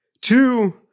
Two